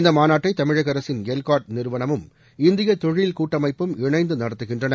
இந்த மாநாட்டை தமிழக அரசின் எல்காட் நிறுவனமும் இந்திய தொழில் கூட்டமைப்பும் இணைந்து நடத்துகின்றன